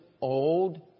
old